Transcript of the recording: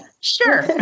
sure